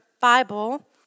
Bible